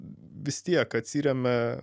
vis tiek atsiremia